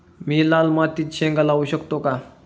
मी लाल मातीत शेंगा लावू शकतो का?